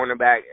cornerback